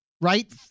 right